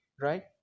Right